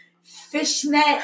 fishnet